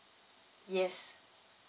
yes